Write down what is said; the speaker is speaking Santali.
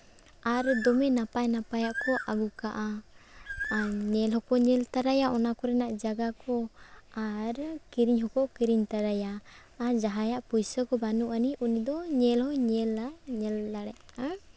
ᱟᱨ ᱫᱚᱢᱮ ᱱᱟᱯᱟᱭ ᱱᱟᱯᱟᱭᱟᱜ ᱠᱚ ᱟᱹᱜᱩ ᱠᱟᱜᱼᱟ ᱟᱨ ᱧᱮ ᱦᱚᱸ ᱠᱚ ᱧᱮᱞ ᱛᱟᱨᱟᱟᱭᱟ ᱚᱱᱟ ᱠᱚᱨᱮᱱᱟᱜ ᱡᱟᱭᱜᱟ ᱠᱚ ᱟᱨ ᱠᱤᱨᱤᱧ ᱦᱚᱸ ᱠᱚ ᱠᱤᱨᱤᱧ ᱛᱟᱨᱟᱭᱟ ᱟᱨ ᱡᱟᱦᱟᱸᱭᱟᱭ ᱯᱩᱭᱥᱟᱹ ᱠᱚ ᱵᱟᱹᱱᱩᱜ ᱟᱹᱱᱤᱡ ᱩᱱᱤ ᱫᱚ ᱧᱮᱞ ᱦᱚᱸᱭ ᱧᱮᱞᱟ ᱧᱮᱞ ᱫᱟᱲᱮᱭᱟᱜᱼᱟ